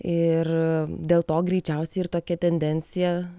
ir dėl to greičiausiai ir tokia tendencija